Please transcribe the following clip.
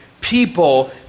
people